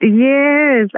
Yes